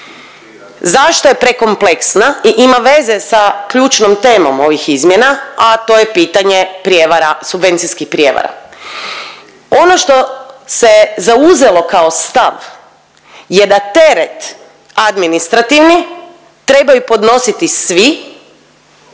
Zašto je prekompleksna i ima veze sa ključnom temom ovih izmjena, a to je pitanje prijevara, subvencijskih prijevara. Ono što se zauzelo kao stav je da teret administrativni trebaju podnositi svi,